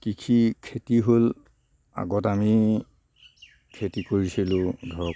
কৃষি খেতি হ'ল আগত আমি খেতি কৰিছিলোঁ ধৰক